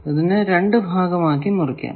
ഇതിനെ രണ്ടു ഭാഗമായി മുറിക്കാം